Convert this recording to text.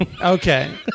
Okay